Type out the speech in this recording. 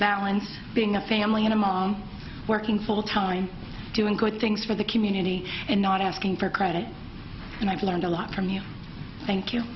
balance being a family in a mom working full time doing good things for the community and not asking for credit and i've learned a lot from you thank you